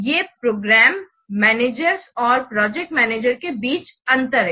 ये program manager और project manager के बीच अंतर हैं